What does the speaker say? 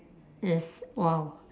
is !wow!